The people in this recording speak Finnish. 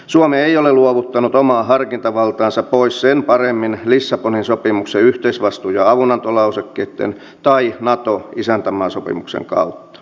suomi ei ole luovuttanut omaa harkintavaltaansa pois sen paremmin lissabonin sopimuksen yhteisvastuu ja avunantolausekkeitten kuin nato isäntämaasopimuksen kautta